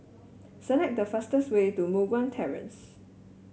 select the fastest way to Moh Guan Terrace